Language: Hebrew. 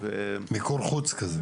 מיקור חוץ כזה.